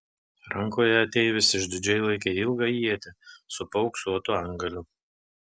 rankoje ateivis išdidžiai laikė ilgą ietį su paauksuotu antgaliu